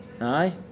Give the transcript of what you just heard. Aye